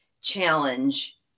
challenge